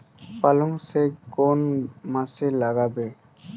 পালংশাক কোন মাসে লাগাব?